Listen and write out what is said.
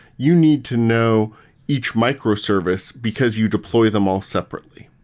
you need to know each microservice because you deploy them all separately.